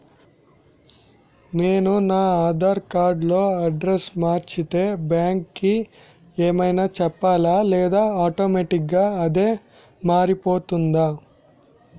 నేను నా ఆధార్ కార్డ్ లో అడ్రెస్స్ మార్చితే బ్యాంక్ కి ఏమైనా చెప్పాలా లేదా ఆటోమేటిక్గా అదే మారిపోతుందా?